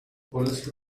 όχι